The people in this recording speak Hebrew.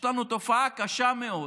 יש לנו תופעה קשה מאוד,